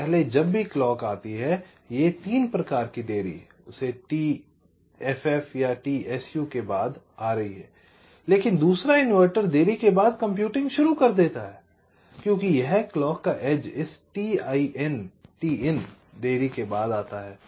तो पहले जब भी यह क्लॉक आती है ये 3 प्रकार की देरी उस t ff या t su के बाद आ रही है लेकिन दूसरा इनवर्टर देरी के बाद कंप्यूटिंग शुरू कर देता है क्योंकि यह क्लॉक का एज इस t in देरी के बाद आता है